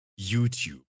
YouTube